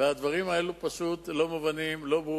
והדברים האלה פשוט לא מובנים, לא ברורים,